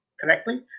correctly